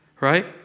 Right